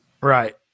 Right